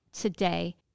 today